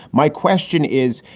my question is,